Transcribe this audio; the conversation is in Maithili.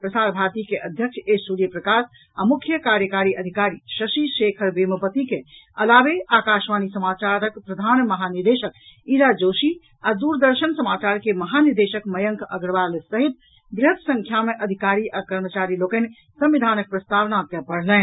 प्रसार भारती के अध्यक्ष ए सूर्यप्रकाश आ मुख्य कार्यकारी अधिकारी शशि शेखर वेमपति के अलावे आकाशवाणी समाचारक प्रधान महानिदेशक ईरा जोशी आ दूरदर्शन समाचार के महानिदेशक मयंक अग्रवाल सहित वृहत संख्या मे अधिकारी आ कर्मचारी लोकनि संविधानक प्रस्तावना के पढ़लनि